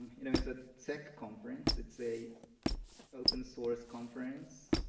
you know, it's a tech conference, it's a open source conference,